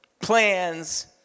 plans